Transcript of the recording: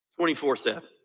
24-7